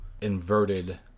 inverted